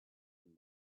and